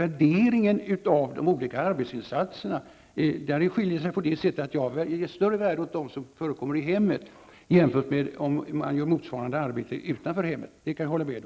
Värderingen av de olika arbetsinsatserna skiljer sig på det sättet att jag vill höja värdet av de arbetsinsatser som förekommer i hemmet i jämförelse med motsvarande arbetsinsatser som utförs utanför hemmet. Det kan jag hålla med om.